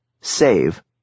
save